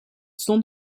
stond